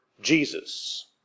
Jesus